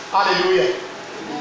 Hallelujah